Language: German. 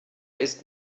ist